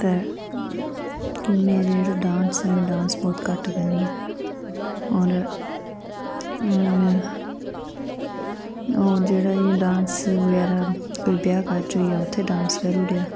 ते मेरे जेह्ड़े डांस न में डांस बड़े घट्ट करनी आं और जेह्ड़ा डांस इयां ब्याह् कारज होइयैा उत्थें डांस करी ओड़ेआ